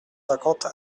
cinquante